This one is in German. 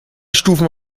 stufen